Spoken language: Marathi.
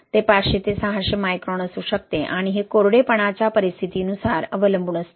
ते 500 ते 600 मायक्रॉन असू शकतेआणि हे कोरडेपणाच्या परिस्थितीनुसार अवलंबून असते